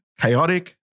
chaotic